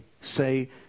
say